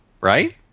Right